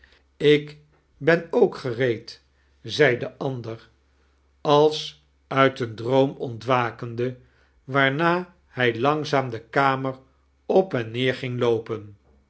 ik ben ook gereed zei de ander als uit een droom ontwakende waarna hij langzaam de kainer op en neer ging loopem